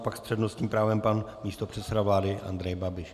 Pak s přednostním právem pan místopředseda vlády Andrej Babiš.